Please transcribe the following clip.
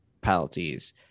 penalties